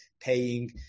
paying